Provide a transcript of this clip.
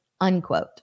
unquote